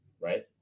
right